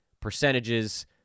percentages